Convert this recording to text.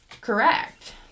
correct